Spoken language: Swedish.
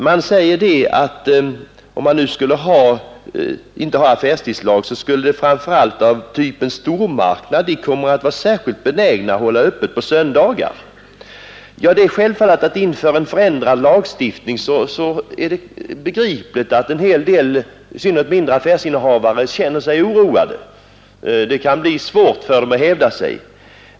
Man säger att om man inte skulle ha affärstidslagen skulle framför allt företag av typen stormarknad vara särskilt benägna att hålla öppet på söndagarna. Det är självfallet att inför en förändrad lagstiftning det är begripligt att en hel del i synnerhet mindre affärsinnehavare känner sig oroade. Det kan bli svårt för dem att hävda sig.